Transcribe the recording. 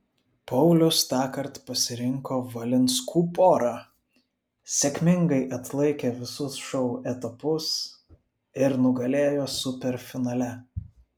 paulius tąkart pasirinko valinskų porą sėkmingai atlaikė visus šou etapus ir nugalėjo superfinale